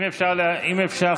אם אפשר,